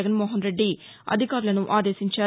జగన్మోహన్ రెడ్డి అధికారులను ఆదేశించారు